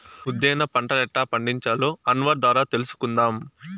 ఉద్దేన పంటలెట్టా పండించాలో అన్వర్ ద్వారా తెలుసుకుందాం